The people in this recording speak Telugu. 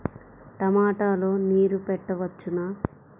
టమాట లో నీరు పెట్టవచ్చునా?